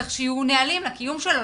צריך שיהיו נהלים לקיום שלו.